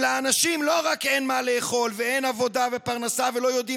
לאנשים לא רק אין מה לאכול ואין עבודה ופרנסה ולא יודעים